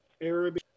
Arabic